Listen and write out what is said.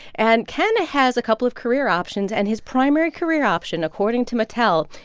and ken has a couple of career options. and his primary career option, according to mattel,